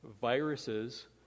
viruses